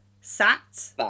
Sat